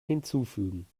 hinzufügen